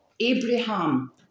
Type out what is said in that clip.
Abraham